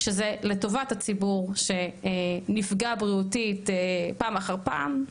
כשזה לטובת הציבור שנפגע בריאותית פעם אחר פעם,